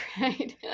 Right